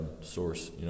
source